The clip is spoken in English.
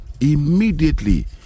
immediately